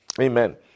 Amen